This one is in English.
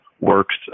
works